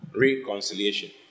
Reconciliation